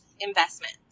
investment